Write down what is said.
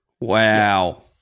Wow